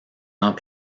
ans